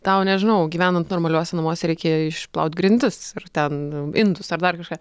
tau nežinau gyvenant normaliuose namuose reikėjo išplaut grindis ir ten indus ar dar kažką